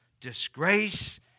disgrace